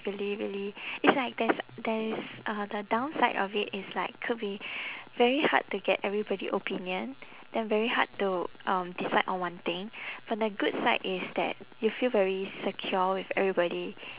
really really it's like there's there is uh the downside of it is like could be very hard to get everybody opinion then very hard to um decide on one thing but the good side is that you feel very secure with everybody